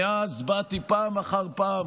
מאז באתי פעם אחר פעם,